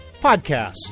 podcast